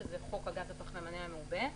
שזה חוק הגז הפחמימני המעובה.